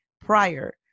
prior